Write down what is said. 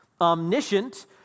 omniscient